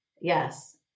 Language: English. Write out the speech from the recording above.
Yes